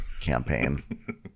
campaign